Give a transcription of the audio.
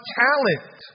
talent